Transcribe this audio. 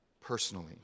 personally